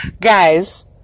guys